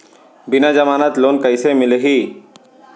बिना जमानत लोन कइसे मिलही?